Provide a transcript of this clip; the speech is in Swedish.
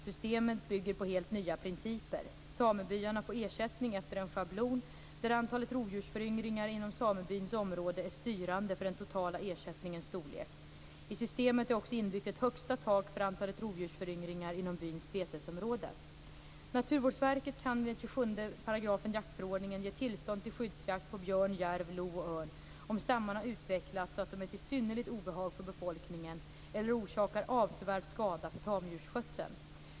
Systemet bygger på helt nya principer. Samebyarna får ersättning efter en schablon där antalet rovdjursföryngringar inom samebyns område är styrande för den totala ersättningens storlek. I systemet är också inbyggt ett högsta tak för antalet rovdjursföryngringar inom byns betesområde. Naturvårdsverket kan enligt 27 § jaktförordningen ge tillstånd till skyddsjakt på björn, järv, lo och örn om stammarna utvecklats så att de är till synnerligt obehag för befolkningen eller orsakar avsevärd skada för tamdjursskötseln.